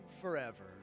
forever